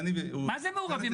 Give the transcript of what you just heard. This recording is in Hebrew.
מה זה מעורבים?